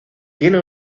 tiene